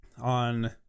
on